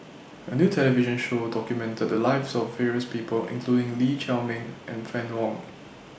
A New television Show documented The Lives of various People including Lee Chiaw Meng and Fann Wong